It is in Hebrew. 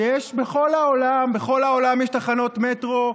יש בכל העולם, בכל העולם יש תחנות מטרו.